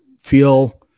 feel